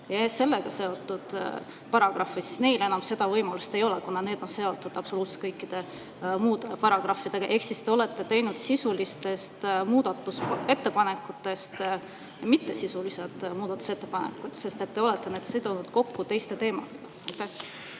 sellega seotud paragrahve, aga neil enam seda võimalust ei ole, kuna need on seotud absoluutselt kõikide muude paragrahvidega. Ehk siis te olete teinud sisulistest muudatusettepanekutest mittesisulised muudatusettepanekud, sest te olete need sidunud kokku teiste teemadega.